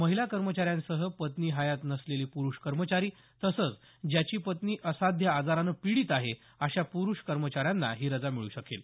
महिला कर्मचाऱ्यांसह पत्नी हयात नसलेले प्रुष कर्मचारी तसंच ज्याची पत्नी असाध्य आजारानं पिडित आहे अशा प्रुष कर्मचाऱ्यांना ही रजा मिळू शकेल